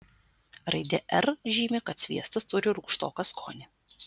raidė r žymi kad sviestas turi rūgštoką skonį